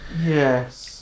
Yes